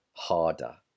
Harder